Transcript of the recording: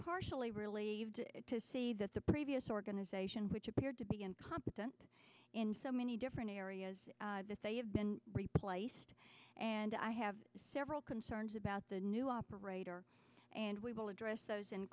partially relieved to see that the previous organization which appeared to be incompetent in so many different areas that they have been replaced and i have several concerns about the new operator and we will address those and